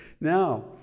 Now